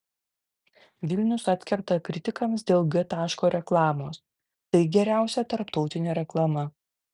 vilnius atkerta kritikams dėl g taško reklamos tai geriausia tarptautinė reklama